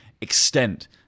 extent